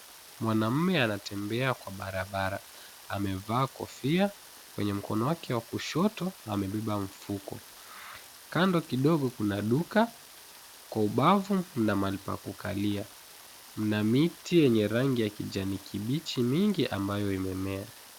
Mwanaume anatembea kwa barabara. Amevaa kofia, kwenye mkono wake wa kushoto amebeba mfuko. Kando kidogo kuna duka, kwa ubavu mna mahali pa kukalia. Mna miti yenye rangi ya kijani kibichi mingi ambayo imemea.